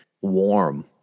warm